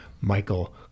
Michael